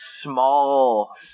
small